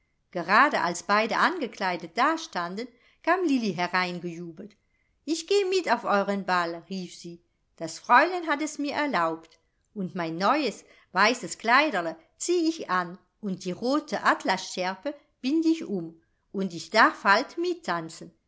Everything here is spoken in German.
gerade als beide angekleidet dastanden kam lilli hereingejubelt ich geh mit auf euren ball rief sie das fräulein hat es mir erlaubt und mein neues weißes kleiderl zieh ich an und die rote atlasschärpe bind ich um und ich darf halt mittanzen